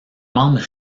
membre